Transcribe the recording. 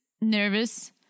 nervous